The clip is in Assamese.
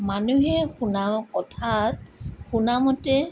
মানুহে শুনা কথাত শুনামতে